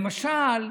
למשל,